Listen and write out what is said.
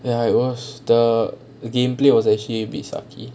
ya it was the gameplay was actually a bit sucky